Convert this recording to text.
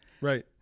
Right